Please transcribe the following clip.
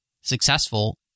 successful